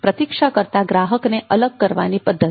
પ્રતીક્ષા કરતા ગ્રાહકને અલગ કરવાની પદ્ધતિ